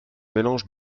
mélange